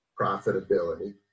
profitability